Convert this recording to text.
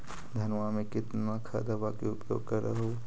धानमा मे कितना खदबा के उपयोग कर हू?